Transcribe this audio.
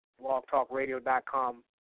blogtalkradio.com